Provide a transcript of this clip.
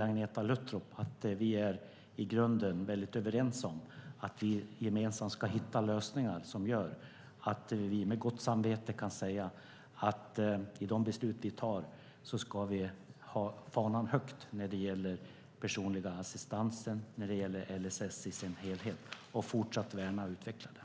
Agneta Luttropp och jag i grunden är väldigt överens om att vi gemensamt ska hitta lösningar som gör att vi med gott samvete kan säga att vi i de beslut vi tar ska hålla fanan högt när det gäller personlig assistans och LSS i sin helhet och fortsatt värna utvecklingen.